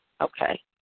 Okay